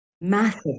Massive